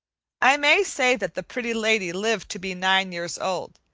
i may say that the pretty lady lived to be nine years old,